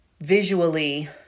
visually